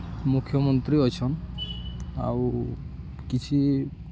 ମୁଖ୍ୟମନ୍ତ୍ରୀ ଅଛନ୍ ଆଉ କିଛି